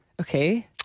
Okay